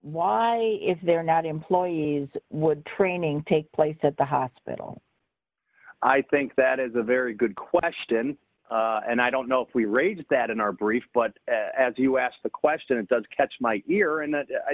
why if they're not employees would training take place at the hospital i think that is a very good question and i don't know if we raised that in our brief but as you asked the question it does catch my ear and i